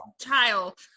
child